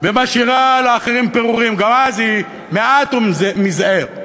ומשאיר לאחרים פירורים, גם אז היא מעט מזעיר.